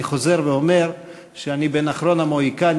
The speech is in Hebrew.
אני חוזר ואומר שאני בין אחרוני המוהיקנים